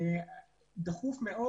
דחוף מאוד,